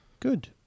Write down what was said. Good